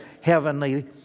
heavenly